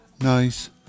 Nice